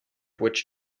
witch